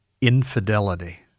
infidelity